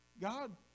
God